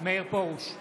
מאיר פרוש,